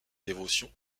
dévotion